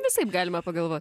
visaip galima pagalvot